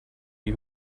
you